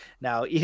Now